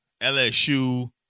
LSU